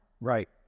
Right